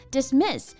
Dismiss